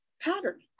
pattern